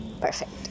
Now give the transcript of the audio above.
perfect